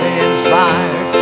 inspired